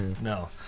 No